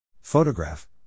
Photograph